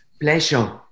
pleasure